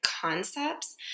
concepts